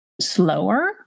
slower